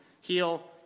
heal